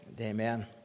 Amen